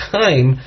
time